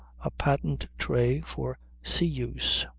a patent tray for sea use,